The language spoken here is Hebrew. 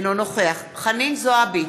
אינו נוכח חנין זועבי,